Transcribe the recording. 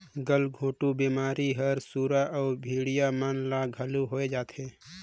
गलघोंटू बेमारी हर सुरा अउ भेड़िया मन ल घलो होय जाथे